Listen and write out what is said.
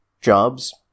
jobs